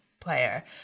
player